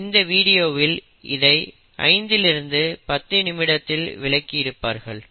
இந்த வீடியோவில் இதை 5 இல் இருந்து 10 நிமிடதில் விளக்கி இருப்பார்கள்